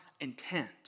intent